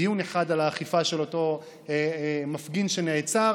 דיון אחד על האכיפה של אותו מפגין שנעצר.